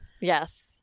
Yes